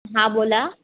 हां बोला